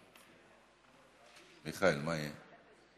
מיכאל, מה יהיה?